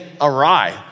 awry